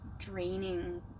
draining